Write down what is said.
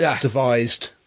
devised